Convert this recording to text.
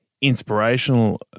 inspirational